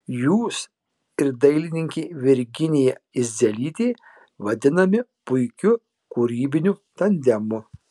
jūs ir dailininkė virginija idzelytė vadinami puikiu kūrybiniu tandemu